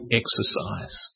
exercise